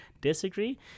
disagree